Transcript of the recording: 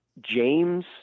James